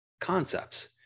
concepts